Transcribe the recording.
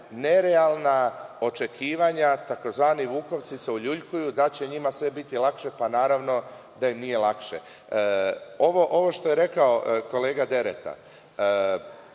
nerealna očekivanja. Takozvani vukovci se uljuljkuju da će njima sve biti lakše. Pa naravno da im nije lakše. Ovo što je rekao kolega Dereta,